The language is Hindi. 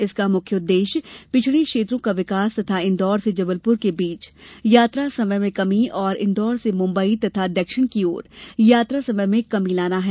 इसका मुख्य उद्देश्य पिछड़े क्षेत्रों का विकास तथा इंदौर से जबलपुर के बीच यात्रा समय में कमी और इंदौर से मुम्बई तथा दक्षिण की ओर यात्रा समय में कमी लाना है